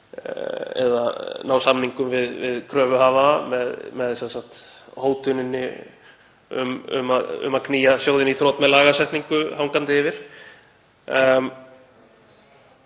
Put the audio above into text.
eða ná samningum við kröfuhafa með hótun um að knýja sjóðinn í þrot með lagasetningu hangandi yfir,